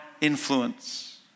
influence